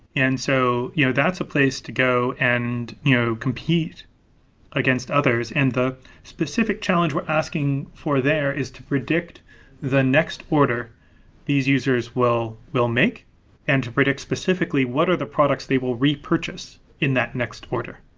and so you know that's a place to go and you know compete against others. and the specific challenge we're asking for there is to predict the next order these users will will make and to predict specifically what are the products they will repurchase in that next order?